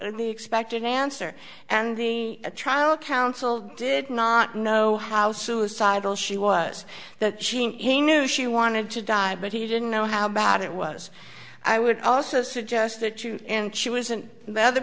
the expected answer and the trial counsel did not know how suicidal she was that gene he knew she wanted to die but he didn't know how bad it was i would also suggest that you and she wasn't that the